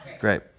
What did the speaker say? Great